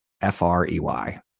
F-R-E-Y